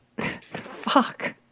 Fuck